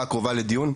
בתקופה הקרובה לדיון,